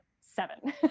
seven